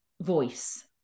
voice